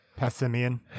Passimian